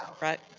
right